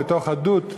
או לתוך הדות,